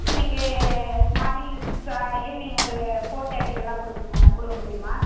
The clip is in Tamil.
இன்னைக்கு மார்னிங் ஜா ஈவினிங் ஒரு ஃபோர் தார்ட்டிக்கெல்லாம் கொடுக்குங்க கொடுக்க முடியுமா